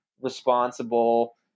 responsible